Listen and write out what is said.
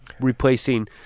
replacing